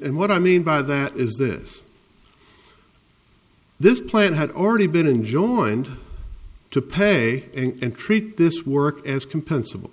and what i mean by that is this this plant had already been enjoined to pay and treat this work as compensable